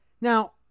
Now